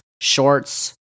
Shorts